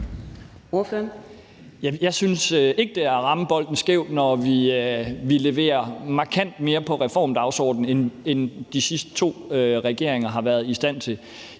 Jeg synes ikke, at det er at ramme bolden skævt, når vi leverer markant mere på reformdagsordenen, end de sidste to regeringer har været i stand til.